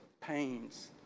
pains